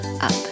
up